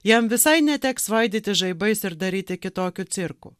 jam visai neteks svaidytis žaibais ir daryti kitokių cirkų